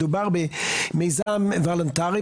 מדובר במיזם וולונטרי,